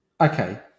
Okay